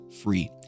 free